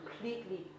completely